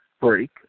break